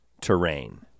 terrain